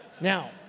Now